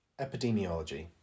Epidemiology